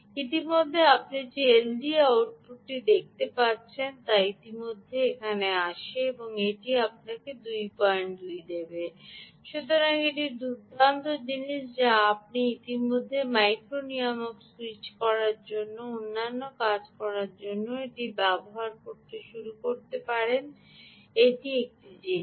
ইতিমধ্যে আপনি যে এলডিও আউটপুটটি দেখতে পাচ্ছেন তা ইতিমধ্যে আসবে এবং এটি আপনাকে 22 দেবে সুতরাং এটি দুর্দান্ত জিনিস যা আপনি ইতিমধ্যে মাইক্রো নিয়ামকটি স্যুইচ করার জন্য এবং অন্যান্য কাজ করার জন্য এটি ব্যবহার শুরু করতে পারেন এটি একটি জিনিস